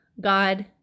God